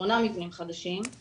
שמונה מבנים חדשים,